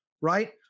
right